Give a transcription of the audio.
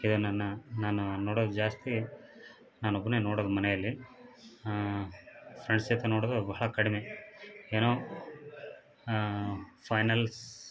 ಇದು ನನ್ನ ನಾನು ನೋಡೋದು ಜಾಸ್ತಿ ನಾನು ಒಬ್ಬನೇ ನೋಡೋದು ಮನೆಯಲ್ಲಿ ಫ್ರೆಂಡ್ಸ್ ಜೊತೆ ನೋಡೋದು ಬಹಳ ಕಡಿಮೆ ಏನೋ ಫೈನಲ್ಸ್